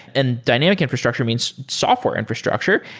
and dynamic infrastructure means software infrastructure.